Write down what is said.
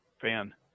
fan